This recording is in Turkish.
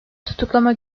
tutuklama